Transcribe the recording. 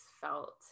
felt